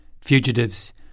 fugitives